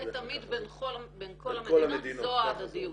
זה תמיד בין כל המדינות זו ההדדיות.